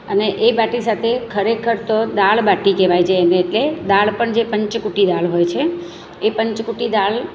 અને એ બાટી સાથે ખરેખર તો દાળ બાટી કહેવાય જે એને કે દાળ પણ જે પંચકૂટી દાળ હોય છે એ પંચકૂટી દાળ